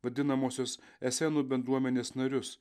vadinamosios esenų bendruomenės narius